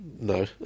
No